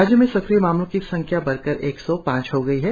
राज्य में सक्रिय मामलों की संख्या बढ़कर एक सौ पांच हो गई है